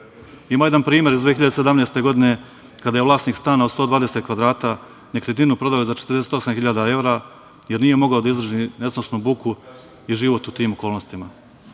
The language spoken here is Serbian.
Ima jedan primer iz 2017. godine kada je vlasnik stana od 120 kvadrata nekretninu prodao za 48.000 evra, jer nije mogao da izdrži nesnosnu buku i život u tim okolnostima. Neki